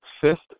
fist